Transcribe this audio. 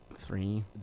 three